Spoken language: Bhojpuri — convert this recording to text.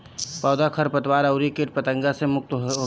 पौधा खरपतवार अउरी किट पतंगा से मुक्त होखेला